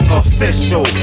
official